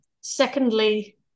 Secondly